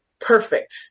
perfect